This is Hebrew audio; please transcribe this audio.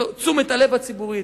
תשומת הלב הציבורית,